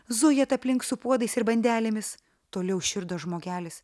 zujat aplink su puodais ir bandelėmis toliau širdo žmogelis